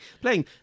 playing